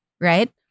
right